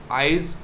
eyes